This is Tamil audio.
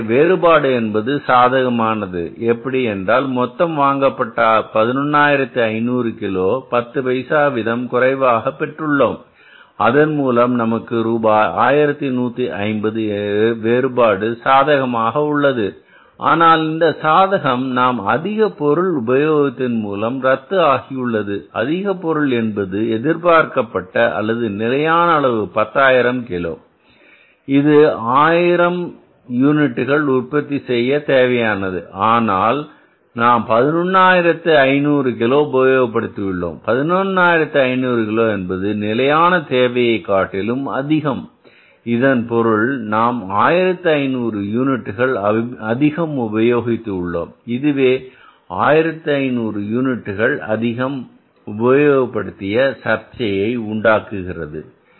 எனவே வேறுபாடு என்பது சாதகமானது எப்படி என்றால் மொத்தம் வாங்கப்பட்ட 11500 கிலோ பத்து பைசா வீதம் குறைவாக பெற்றுள்ளோம் அதன்மூலம் நமக்கு ரூபாய் 1150 என்ற வேறுபாடு சாதகமாக உள்ளது ஆனால் இந்த சாதகம் நாம் அதிக பொருள் உபயோகிப்பதன் மூலம் ரத்து ஆகியுள்ளது அதிக பொருள் என்பது எதிர்பார்க்கப்பட்ட அல்லது நிலையான அளவு பத்தாயிரம் கிலோ இது ஆயிரம் யூனிட்டுகள் உற்பத்தி செய்ய தேவையானது ஆனால் நாம் 11 ஆயிரத்து 500 கிலோ உபயோகப்படுத்தி உள்ளோம் 11500 கிலோ என்பது நிலையான தேவையைக் காட்டிலும் அதிகம் இதன் பொருள் நாம் 1500 யூனிட்டுகள் அதிகம் உபயோகித்து உள்ளோம் இதுவே 1500 யூனிட்டுகள் அதிகம் உபயோகப் படுத்திய சர்ச்சையை உண்டாக்குகிறது